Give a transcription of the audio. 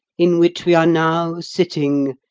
in which we are now sitting,